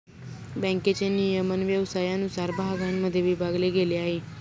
बँकेचे नियमन व्यवसायानुसार भागांमध्ये विभागले गेले आहे